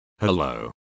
Hello